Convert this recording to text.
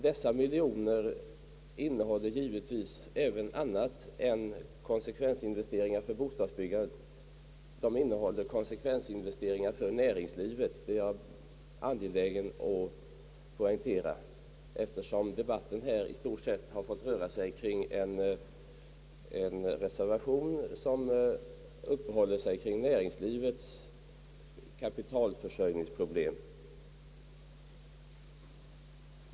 Dessa miljoner omfattar givetvis även annat än konsekvensinvesteringar för bostadsbyggandet; de innehåller även konsekvensinvesteringar för näringslivet. Jag är angelägen att poängtera detta, eftersom debatten här i stort sett har rört sig kring en reservation som tar upp näringslivets kapitalförsörjningsproblem.